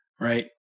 right